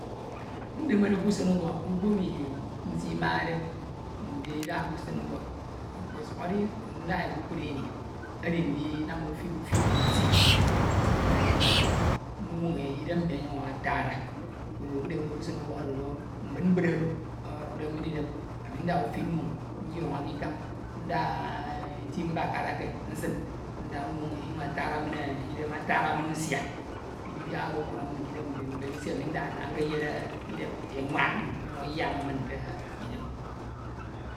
. Udemere ke usen ubọk, mkpo emi nsimade ndida ke usen ubọk ọkpọsuk edi mme nsidaha e kpukpru ini, édi ndinam utip utip tii ñwoñ nwoñ e idem nmi ọnyuñ atana, koro ndimere ke usenubọk ọro mbid mbid oro ọdukde nma idem, ami nda utip mmoñ nyọñọ ke ikañ nda tii mbakara eke nsin nda ñwọñenyuñ atara min idem atara min nsia mbibiak oro ọwọrọ min ke idem, mbemisi ami ndaha nda nkeyene idem emwaña min ọnyuñ ayiama min ke idem